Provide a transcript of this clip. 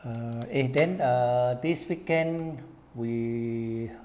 err eh then err this weekend we